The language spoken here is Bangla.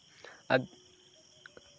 আর